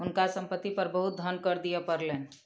हुनका संपत्ति पर बहुत धन कर दिअ पड़लैन